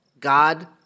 God